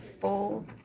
full